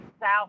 south